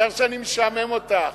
אני מצטער שאני משעמם אותך,